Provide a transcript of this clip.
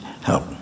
help